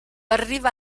arriva